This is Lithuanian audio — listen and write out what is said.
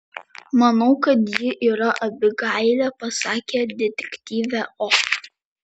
manau kad ji yra abigailė pasakė detektyvė o